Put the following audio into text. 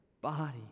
Body